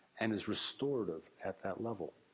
and is restorative at that level.